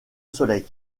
soleil